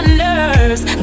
nerves